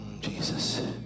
Jesus